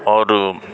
और